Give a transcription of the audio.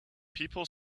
people